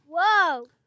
Whoa